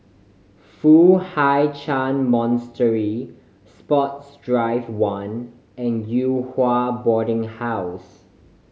Foo Hai Ch'an Monastery Sports Drive One and Yew Hua Boarding House